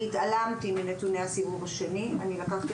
אני התעלמתי מנתוני הסיבוב השני; לקחתי